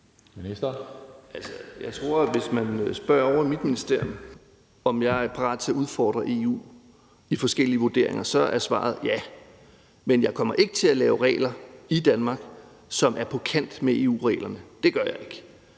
jeg tror, at hvis man spørger ovre i mit ministerium, om jeg er parat til at udfordre EU i forskellige vurderinger, så er svaret ja. Men jeg kommer ikke til at lave regler i Danmark, som er på kant med EU-reglerne; det gør jeg ikke.